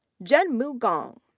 zhenmu gong,